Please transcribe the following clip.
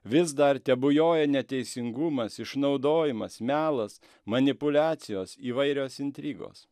vis dar tebujoja neteisingumas išnaudojimas melas manipuliacijos įvairios intrigos